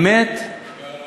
גם על הר-הבית?